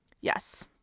Yes